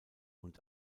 und